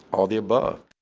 all the above,